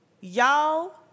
y'all